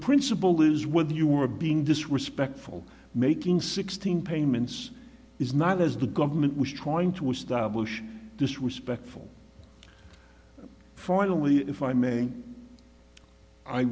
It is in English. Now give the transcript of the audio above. principle is whether you were being disrespectful making sixteen payments is not as the government was trying to establish disrespectful finally if i may i